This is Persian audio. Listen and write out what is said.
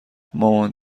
مامان